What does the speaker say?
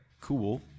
cool